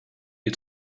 you